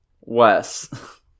Wes